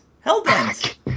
Hell-bent